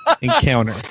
Encounter